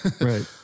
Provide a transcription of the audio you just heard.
right